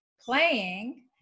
playing